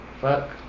fuck